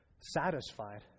satisfied